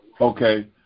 Okay